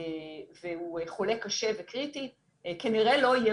והוא חולה קשה וקריטי כנראה לא יהיה